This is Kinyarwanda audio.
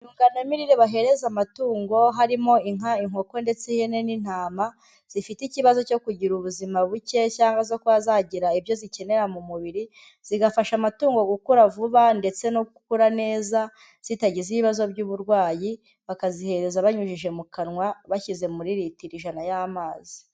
Inyunganamirire bahereza amatungo, harimo inka, inkoko, ndetse ihene n'intama zifite ikibazo cyo kugira ubuzima buke, cyangwa zo kuba zagira ibyo zikenera mu mubiri, zigafasha amatungo gukura vuba ndetse no gukura neza, zitagize ibibazo by'uburwayi, bakazihereza banyujije mu kanwa bashyize muri litiro ijana y'amazi.